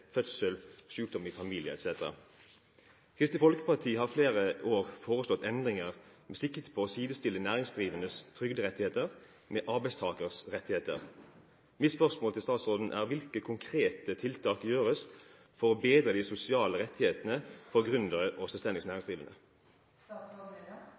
sikte på å sidestille næringsdrivendes trygderettigheter med arbeidstakeres rettigheter. Mitt spørsmål til statsråden er: Hvilke konkrete tiltak gjøres for å bedre de sosiale rettighetene til gründere og selvstendig